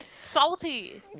Salty